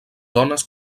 dones